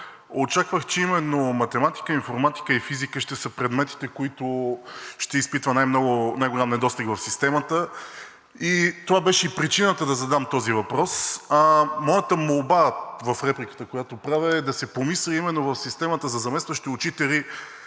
Очаквах, че именно математика, информатика и физика ще са предметите, които ще изпитват най-голям недостиг в системата. Това беше и причината да задам този въпрос. Моята молба в репликата, която правя, е да се помисли в системата за „Заместващи учители“